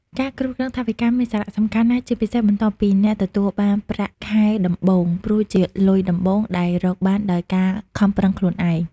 ការគ្រប់គ្រងថវិកាមានសារៈសំខាន់ណាស់ ជាពិសេសបន្ទាប់ពីអ្នកទទួលបានប្រាក់ខែដំបូង ព្រោះជាលុយដំបូងដែលរកបានដោយការខំប្រឹងខ្លួនឯង។